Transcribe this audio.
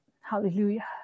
Hallelujah